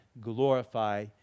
glorify